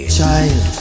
child